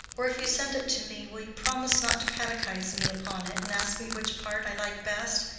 or, if you send it to me, will you promise not to catechise me upon it and ask me which part i like best?